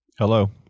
Hello